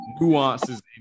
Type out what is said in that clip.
nuances